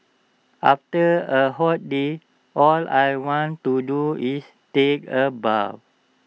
after A hot day all I want to do is take A bath